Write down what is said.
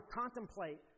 contemplate